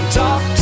talk